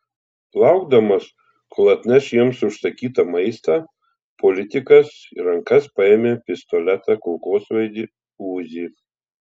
laukdamas kol atneš jiems užsakytą maistą politikas į rankas paėmė pistoletą kulkosvaidį uzi